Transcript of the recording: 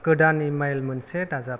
गोदान इमाइल मोनसे दाजाब